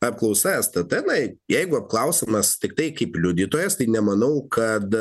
apklausa estatenai jeigu klausimas tiktai kaip liudytojas tai nemanau kad